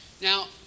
Now